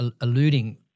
alluding